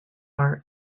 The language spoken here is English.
are